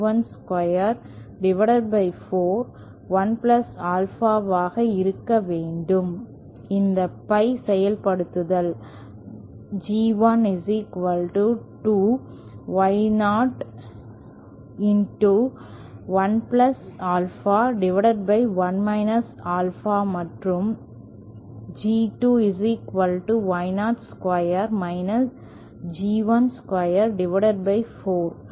R2 Z02 R1241ஆல்பா ஆக இருக்க வேண்டும் இந்த பை செயல்படுத்தல் G 12Y0 1ஆல்பா1 ஆல்பா மற்றும் G2Y02 G124 ஆக இருக்க வேண்டும்